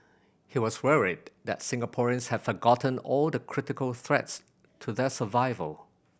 he was worried that Singaporeans had forgotten all the critical threats to their survival